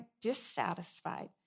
dissatisfied